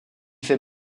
fait